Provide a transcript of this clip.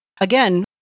Again